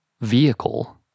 vehicle